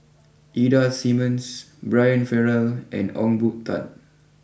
Ida Simmons Brian Farrell and Ong Boon Tat